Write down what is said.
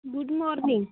good morning